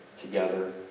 together